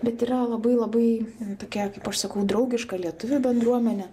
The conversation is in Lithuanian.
bet yra labai labai tokia kaip aš sakau draugiška lietuvių bendruomenė